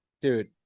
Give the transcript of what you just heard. Dude